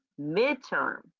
midterm